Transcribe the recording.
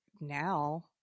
now